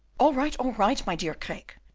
all right! all right! my dear craeke,